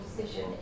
decision